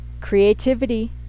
Creativity